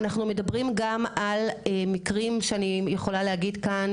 אנחנו מדברים גם על מקרים שאני יכולה להגיד כאן,